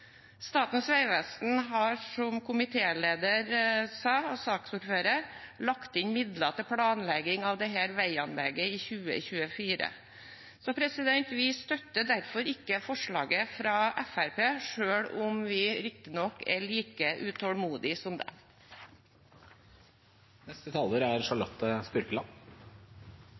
Statens vegvesen har, som komitéleder og sakens ordfører sa, lagt inn midler til planlegging av dette veianlegget i 2024. Vi støtter derfor ikke forslaget fra Fremskrittspartiet, selv om vi riktignok er like utålmodige som dem. Rv. 15 Strynefjellet er